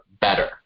better